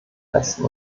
besten